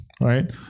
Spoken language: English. Right